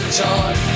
talk